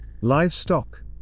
Livestock